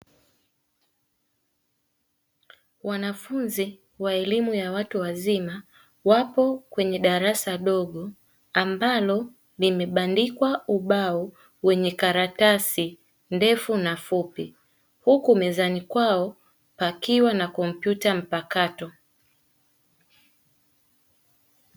Wanafunzi wa elimu ya watu wazima, wapo kwenye darasa dogo, ambalo limebandikwa ubao wenye karatasi ndefu na fupi, huku mezani kwao pakiwa na kompyuta mpakato.